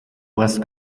west